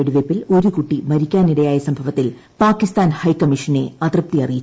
വെടിവയ്പ്പിൽ ഒരു കുട്ടി മരിക്കാനിടയായ സംഭവത്തിൽ പാകിസ്ഥാൻ ഹൈക്കമ്മീഷനെ അതൃപ്തി അറിയിച്ച് ഇന്ത്യ